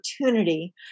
opportunity